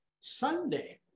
Sunday